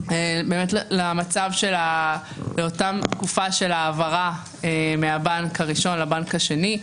אליה זה לתקופה של העברה מהבנק הראשון לבנק השני.